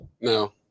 no